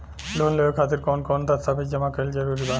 Loan लेवे खातिर कवन कवन दस्तावेज जमा कइल जरूरी बा?